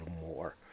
more